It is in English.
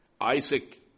Isaac